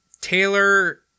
Taylor